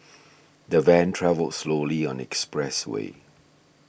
the van travelled slowly on the expressway